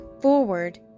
forward